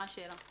מה השאלה?